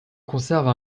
conserve